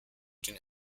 den